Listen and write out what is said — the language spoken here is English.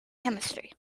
chemistry